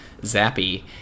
zappy